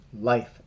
life